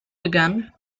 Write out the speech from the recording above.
began